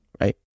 Right